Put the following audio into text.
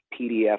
PDF